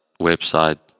website